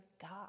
God